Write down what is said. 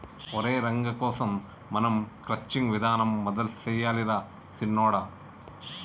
ఒరై రంగ కోసం మనం క్రచ్చింగ్ విధానం మొదలు సెయ్యాలి రా సిన్నొడా